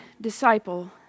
disciple